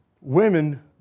Women